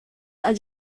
are